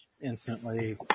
instantly